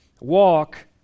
Walk